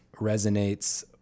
resonates